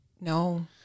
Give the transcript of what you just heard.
No